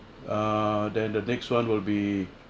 uh then the next one will be